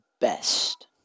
best